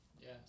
Yes